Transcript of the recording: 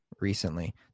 Recently